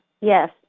Yes